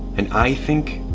and i think.